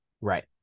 Right